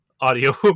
audio